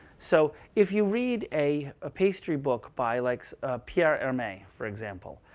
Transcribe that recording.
so if you read a ah pastry book by like ah pierre herme, for example,